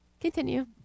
Continue